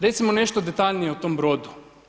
Recimo nešto detaljnije o tom brodu.